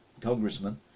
congressman